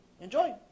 Enjoy